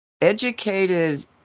educated